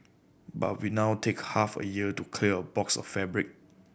but we now take half a year to clear a box of fabric